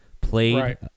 played